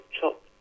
chop